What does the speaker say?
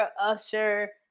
Usher